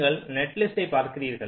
நீங்கள் நெட்டலிஸ்ட் ஐ பார்க்கிறீர்கள்